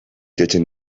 jotzen